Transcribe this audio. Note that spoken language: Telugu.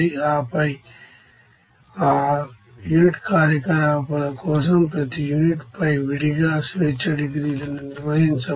ఆపై ఆ యూనిట్ కార్యకలాపాల కోసం ప్రతి యూనిట్ పై విడిగా డిగ్రీస్ అఫ్ ఫ్రీడమ్ ను నిర్వహించండి